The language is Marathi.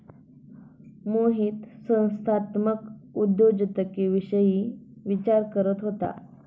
मोहित संस्थात्मक उद्योजकतेविषयी विचार करत होता